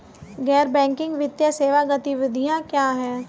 गैर बैंकिंग वित्तीय सेवा गतिविधियाँ क्या हैं?